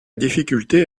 difficulté